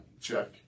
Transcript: check